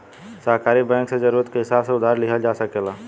सहकारी बैंक से जरूरत के हिसाब से उधार लिहल जा सकेला